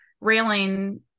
railing